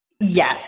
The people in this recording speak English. yes